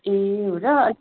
ए हो र